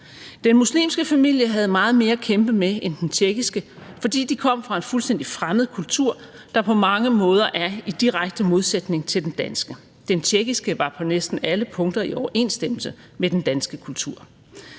Den muslimske familie havde meget mere at kæmpe med end den tjekkiske, fordi de kom fra en fuldstændig fremmed kultur, der på mange måder er i direkte modsætning til den danske. Den tjekkiske var på næsten alle punkter i overensstemmelse med den danske kultur.